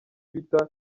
twitter